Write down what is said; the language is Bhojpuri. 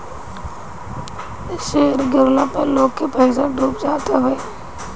शेयर गिरला पअ लोग के पईसा डूब जात हवे